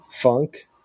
funk